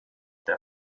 der